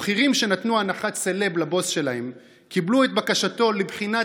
הבכירים שנתנו הנחת סלב לבוס שלהם קיבלו את בקשתו לבחינת